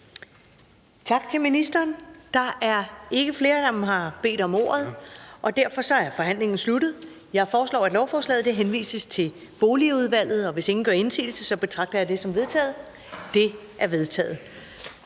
Tak til ministeren. Der er ikke flere, som har bedt om ordet, og derfor er forhandlingen sluttet. Jeg foreslår, at lovforslaget henvises til Boligudvalget. Hvis ingen gør indsigelse, betragter jeg det som vedtaget. Det er vedtaget.